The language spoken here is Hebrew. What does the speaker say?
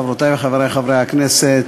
חברותי וחברי חברי הכנסת,